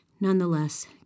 Nonetheless